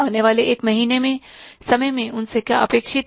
आने वाले एक महीने में समय में उनसे क्या अपेक्षित है